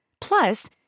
Plus